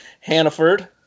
Hannaford